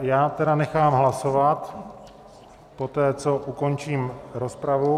Já tedy nechám hlasovat poté, co ukončím rozpravu.